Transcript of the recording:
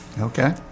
Okay